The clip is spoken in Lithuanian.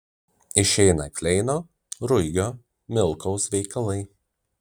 išeina kleino ruigio milkaus veikalai